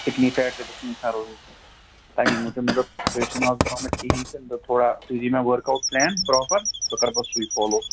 skinny فیٹ تہِ گوٚژھ نہٕ اِنسان روزُن کیٚنٛہہ تَمے موٗجوٗب مےٚ دوٚپ تُہۍ ٲسوٕ نہٕ اَز آمٕتۍ کِہیٖنٛۍ تہٕ مےٚ دوٚپ تھوڑا تُہۍ دِیِو مےٚ ؤرٕک آوُٹ پُلین پرٛاپَر بہٕ کَرٕ پَتہٕ سُے فالو